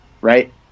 right